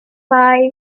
five